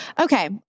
Okay